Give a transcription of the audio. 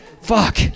Fuck